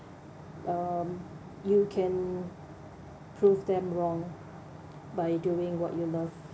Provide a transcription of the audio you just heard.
um you can prove them wrong by doing what you love